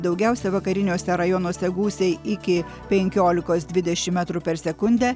daugiausia vakariniuose rajonuose gūsiai iki penkiolikos dvidešim metrų per sekundę